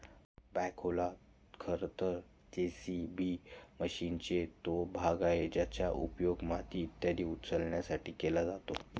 बॅखोला खरं तर जे.सी.बी मशीनचा तो भाग आहे ज्याचा उपयोग माती इत्यादी उचलण्यासाठी केला जातो